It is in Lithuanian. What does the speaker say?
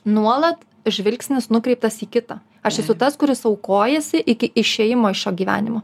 nuolat žvilgsnis nukreiptas į kitą aš esu tas kuris aukojasi iki išėjimo iš šio gyvenimo